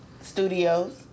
studios